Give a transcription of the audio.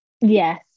Yes